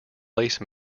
lace